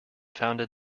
founded